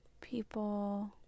people